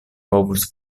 povus